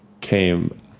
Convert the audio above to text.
came